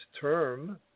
term